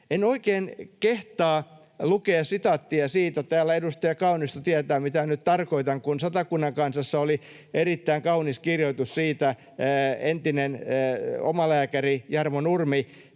En oikein kehtaa lukea sitaattia — täällä edustaja Kaunistola tietää, mitä nyt tarkoitan — kun Satakunnan Kansassa oli erittäin kaunis kirjoitus siitä. Entinen omalääkäri Jarmo Nurmi,